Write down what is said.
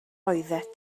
oeddet